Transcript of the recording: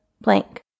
blank